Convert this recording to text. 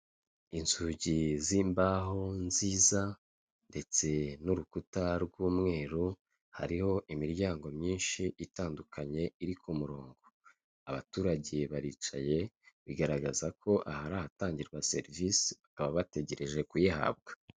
Inzugi z'imbaho nziza ndetse n'urukuta rw'umweru, hariho imiryango myinshi itandukanye iri ku murongo, abaturage baricaye bigaragaza ko hari atangirwa serivisi bakaba bategereje kuyihabwa.